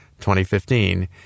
2015